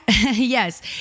yes